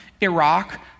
Iraq